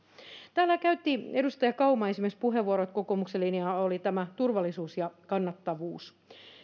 täällä käytti esimerkiksi edustaja kauma puheenvuoron että kokoomuksen linjahan oli turvallisuus ja kannattavuus